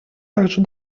также